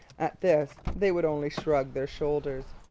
at this they would only shrug their shoulders.